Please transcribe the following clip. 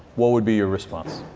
what would be your response?